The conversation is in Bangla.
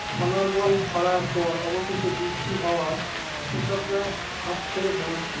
অনর্গল খড়ার পর অবশেষে বৃষ্টি হওয়ায় কৃষকরা হাঁফ ছেড়ে বাঁচল